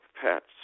pets